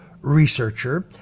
researcher